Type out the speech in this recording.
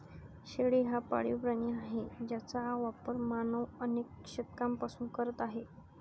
शेळी हा पाळीव प्राणी आहे ज्याचा वापर मानव अनेक शतकांपासून करत आहे